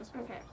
okay